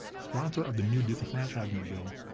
sponsor of the new disenfranchisement bill,